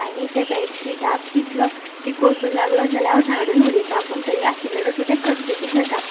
आनी ते बेडशीटाक कितलो चिकोल सुद्दां लागलो जाल्यार हांव झाडून उडयतां पूण तरी आशिल्लें तशें तें चकचकीत जाता